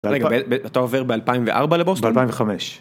אתה עובר ב2004 לבוסטון? ב2005.